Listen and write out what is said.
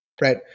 right